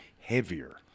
heavier